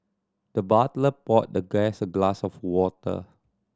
the butler poured the guest a glass of water